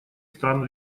стран